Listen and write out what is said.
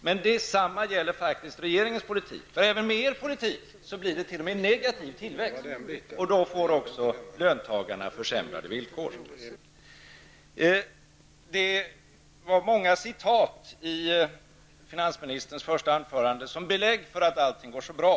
Men detsamma gäller regeringens politik, för även då blir det negativ tillväxt och också då får löntagarna försämrade villkor. Det var många citat i finansministerns första anförande som belägg för att allting var så bra.